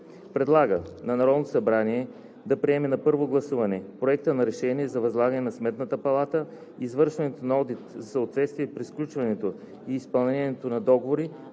предлага на Народното събрание да приеме на първо гласуване Проекта на решение за възлагане на Сметната палата извършването на одит за съответствие при сключването и изпълнението на договори